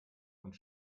und